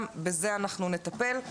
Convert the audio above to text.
גם בזה אנחנו נטפל.